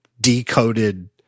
decoded